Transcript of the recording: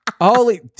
Holy